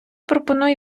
пропоную